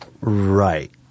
Right